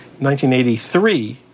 1983